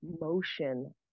motion